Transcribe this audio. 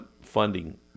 funding